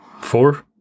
Four